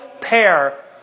pair